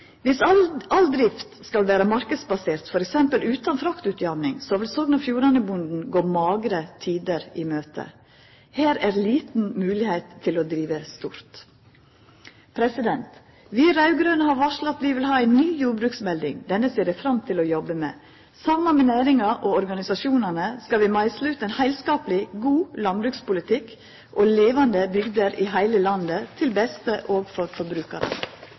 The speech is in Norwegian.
Viss all drift skal vera marknadsbasert, f.eks. utan fraktutjamning, vil Sogn og Fjordane-bonden gå magre tider i møte. Her er liten moglegheit til å driva stort. Vi raud-grøne har varsla at vi vil ha ei ny jordbruksmelding. Denne ser eg fram til å jobba med. Saman med næringa og organisasjonane skal vi meisla ut ein heilskapleg, god landbrukspolitikk og levande bygder i heile landet, til beste òg for